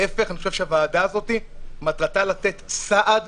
אני חושב שהוועדה הזאת, מטרתה לתת סעד